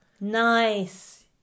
Nice